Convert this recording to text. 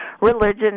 religion